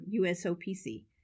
USOPC